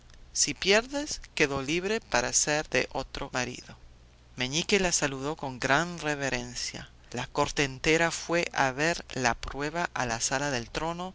si pierdes quedo libre para ser de otro marido meñique la saludó con gran reverencia la corte entera fue a ver la prueba a la sala del trono